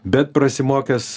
bet prasimokęs